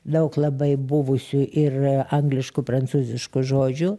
daug labai buvusių ir angliškų prancūziškų žodžių